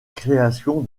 création